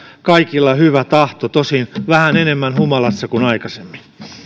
kaikilla hyvä tahto tosin vähän enemmän humalassa kuin aikaisemmin